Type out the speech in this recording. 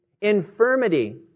infirmity